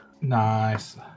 nice